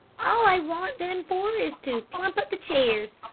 all i want them for is to plump-up the chairs.